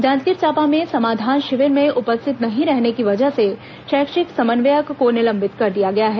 जांजगीर चांपा में समाधान शिविर में उपस्थित नहीं रहने की वजह से शैक्षिक समन्वयक को निलंबित कर दिया गया है